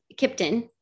Kipton